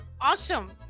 Awesome